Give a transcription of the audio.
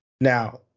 Now